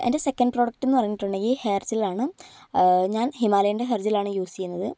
എൻ്റെ second product എന്ന് പറഞ്ഞിട്ടുണ്ടെങ്കിൽ ഹെയർ ജെല്ലാണ് ഞാൻ ഹിമാലയേൻ്റെ ഹെയർ ജെല്ലാണ് യൂസ് ചെയ്യുന്നത്